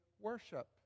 worship